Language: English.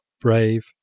brave